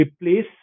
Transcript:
replace